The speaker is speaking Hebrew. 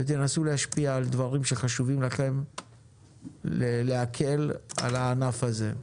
תנסו להשפיע על דברים שחשובים לכם על מנת להקל על הענף הזה.